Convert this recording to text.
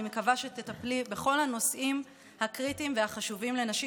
אני מקווה שתטפלי בכל הנושאים הקריטיים והחשובים לנשים.